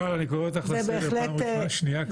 מיכל, אני קורא אותך לסדר פעם שנייה כבר.